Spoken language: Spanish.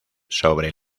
sobre